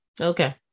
Okay